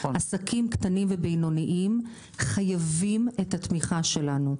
עסקים קטנים ובינוניים חייבים את התמיכה שלנו.